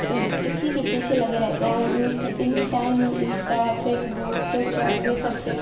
اسی کے پیچھے لگے رہتے ہیں any time Insta Facebook Twitter یہ سب پہ